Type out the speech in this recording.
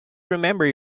remember